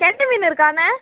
கெண்டை மீன் இருக்காண்ணா